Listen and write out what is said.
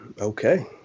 Okay